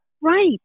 Right